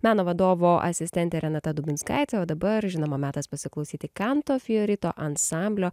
meno vadovo asistentė renata dubinskaitė o dabar žinoma metas pasiklausyti kanto fijorito ansamblio